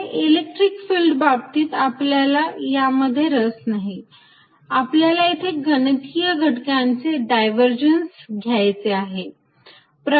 पण electric field बाबतीत आपल्याला यामध्ये रस नाही आपल्याला येथे गणितीय घटकांचे डायव्हरजन्स घ्यायचे आहे